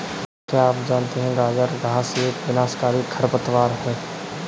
क्या आप जानते है गाजर घास एक विनाशकारी खरपतवार है?